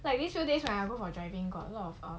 like this few days right I go for driving course a lot of err